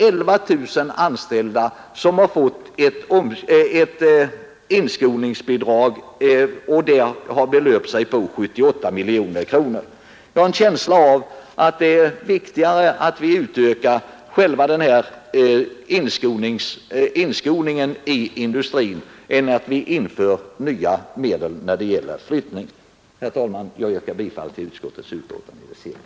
11 000 anställda har sålunda fått inskolningsbidrag, och de har uppgått till 78 miljoner kronor. Jag har en känsla av att det är viktigare att vi utvecklar inskolningen i industrin än att vi inför nya bestämmelser om flyttningsstöd. Herr talman! Jag yrkar bifall till utskottets hemställan på alla punkter.